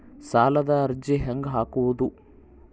ಸಾಲದ ಅರ್ಜಿ ಹೆಂಗ್ ಹಾಕುವುದು?